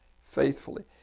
faithfully